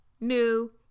new